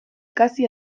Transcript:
ikasi